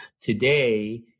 today